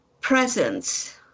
presence